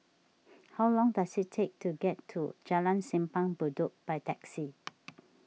how long does it take to get to Jalan Simpang Bedok by taxi